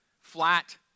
flat